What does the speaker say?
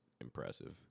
impressive